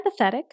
empathetic